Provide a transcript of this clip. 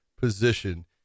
position